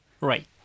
Right